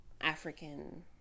African